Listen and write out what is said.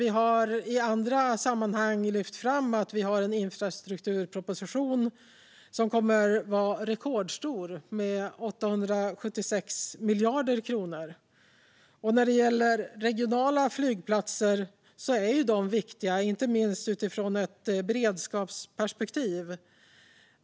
Vi har i andra sammanhang lyft fram att vi har en infrastrukturproposition som kommer att vara rekordstor, med 876 miljarder kronor. Regionala flygplatser är viktiga, inte minst utifrån ett beredskapsperspektiv.